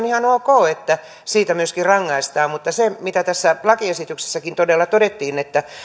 ok että siitä myöskin rangaistaan mutta se mitä tässä lakiesityksessäkin todella todettiin että